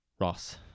Ross